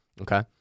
okay